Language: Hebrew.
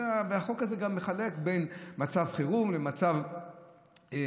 והחוק הזה גם מחלק בין מצב חירום למצב סטטי,